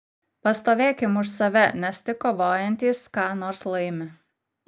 pastovėkim už save nes tik kovojantys ką nors laimi